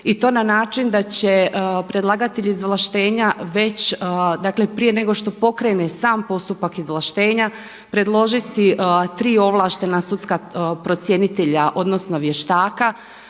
i to na način da će predlagatelji izvlaštenja već, dakle prije nego što pokrene sam postupak izvlaštenja predložiti tri ovlaštena sudska procjenitelja odnosno vještaka,